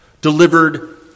delivered